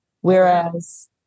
Whereas